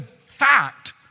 fact